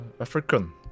African